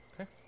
Okay